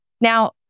Now